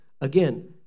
Again